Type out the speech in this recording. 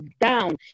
down